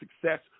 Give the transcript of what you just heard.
success